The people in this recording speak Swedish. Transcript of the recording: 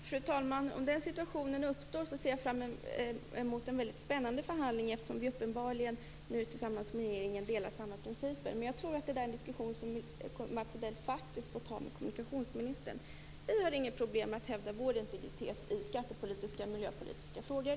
Fru talman! Om den situationen uppstår ser jag fram emot en väldigt spännande förhandling, eftersom vi uppenbarligen har samma principer som regeringen. Men jag tror att det är en diskussion som Mats Odell får ta med kommunikationsministern. Vi har inget problem med att hävda vår integritet i skattepolitiska och miljöpolitiska frågor.